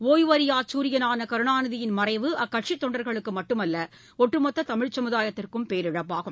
ஒய்வறியா சூரியனான கருணாநிதியின் மறைவு அக்கட்சி தொண்டர்களுக்கு மட்டுமல்ல ஒட்டுமொத்த தமிழ் சமுதாயத்திற்கும் பேரிழப்பாகும்